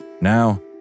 now